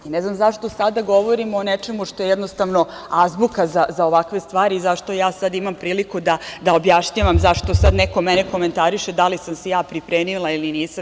Ne znam zašto sada govorimo o nečemu što je jednostavno azbuka za ovakve stvari i zašto ja sad imam priliku da objašnjavam, zašto sad mene neko komentariše, da li sam se ja pripremila ili nisam.